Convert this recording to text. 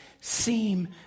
seem